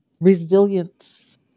resilience